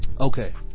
okay